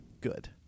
good